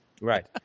Right